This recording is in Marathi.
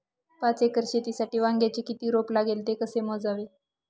पाच एकर शेतीसाठी वांग्याचे किती रोप लागेल? ते कसे मोजावे?